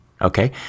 Okay